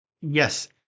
Yes